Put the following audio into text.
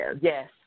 Yes